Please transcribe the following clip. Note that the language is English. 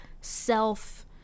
self